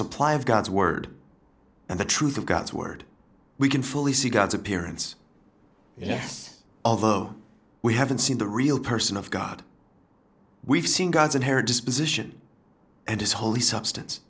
supply of god's word and the truth of god's word we can fully see god's appearance yes although we haven't seen the real person of god we've seen god's and her disposition and his holy substance